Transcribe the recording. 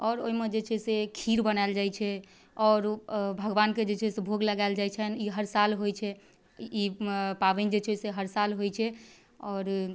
आओर ओहिमे जे छै से खीर बनाएल जाए छै आओर भगवानके जे छै से भोग लगाएल जाए छनि ई हर साल होइ छै ई पाबनि जे छै से हर साल होइ छै आओर